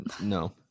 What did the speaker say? no